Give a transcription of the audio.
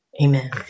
Amen